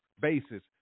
basis